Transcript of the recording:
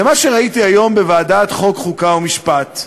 זה מה שראיתי היום בוועדת החוקה, חוק ומשפט,